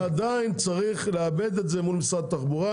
אבל עדיין צריך לעבד את זה מול משרד התחבורה,